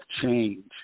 change